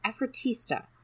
Effortista